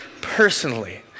personally